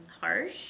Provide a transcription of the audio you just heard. harsh